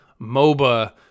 MOBA